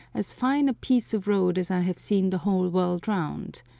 as fine a piece of road as i have seen the whole world round.